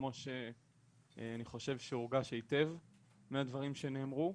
כמו שאני חושב שהורגש היטב מהדברים שנאמרו.